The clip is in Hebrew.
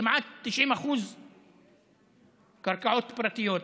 כמעט 90% קרקעות פרטיות,